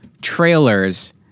trailers